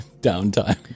Downtime